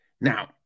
Now